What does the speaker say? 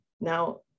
Now